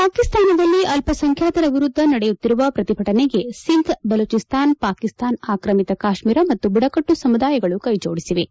ಪಾಕಿಸ್ತಾನದಲ್ಲಿ ಅಲ್ಪಾಸಂಖ್ಯಾತರ ವಿರುದ್ಧ ನಡೆಯುತ್ತಿರುವ ಪ್ರತಿಭಟನೆಗೆ ಸಿಂಧ್ ಬಲೂಚಿಸ್ತಾನ್ ಪಾಕಿಸ್ತಾನ ಆಕ್ರಮಿತ ಕಾಶ್ಮೀರ ಮತ್ತು ಬುಡಕಟ್ಟು ಸಮುದಾಯಗಳು ಕೈಜೋಡಿಸಿವೆ